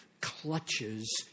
clutches